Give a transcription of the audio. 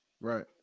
Right